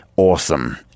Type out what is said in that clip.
awesome